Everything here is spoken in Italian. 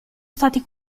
stati